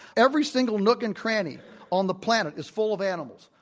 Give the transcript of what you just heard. every single nook and cranny on the planet is full of animals.